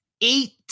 eight